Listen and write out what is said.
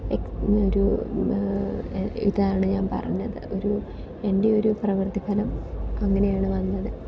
ഒരു ഇതാണ് ഞാൻ പറഞ്ഞത് ഒരു എൻ്റെയൊരു പ്രവൃത്തി ഫലം അങ്ങനെയാണ് വന്നത്